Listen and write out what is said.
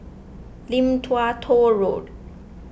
Lim Tua Tow Road